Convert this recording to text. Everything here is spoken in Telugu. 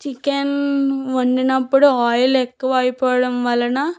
చికెన్ వండినప్పుడు ఆయిల్ ఎక్కువ అయిపోవడం వలన